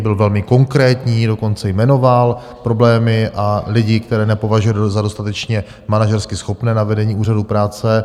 Byl velmi konkrétní, dokonce jmenoval problémy a lidi, které nepovažuje za dostatečně manažersky schopné na vedení Úřadu práce.